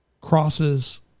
crosses